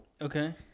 Okay